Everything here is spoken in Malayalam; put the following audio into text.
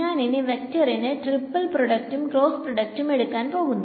ഞാൻ ഇനി വെക്ടറിന്റെ ട്രിപ്പ്പിൾ പ്രോഡക്റ്റുംക്രോസ്സ് പ്രോഡക്റ്റും എടുക്കാൻ പോകുന്നു